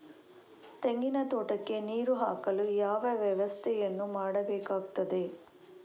ತೆಂಗಿನ ತೋಟಕ್ಕೆ ನೀರು ಹಾಕಲು ಯಾವ ವ್ಯವಸ್ಥೆಯನ್ನು ಮಾಡಬೇಕಾಗ್ತದೆ?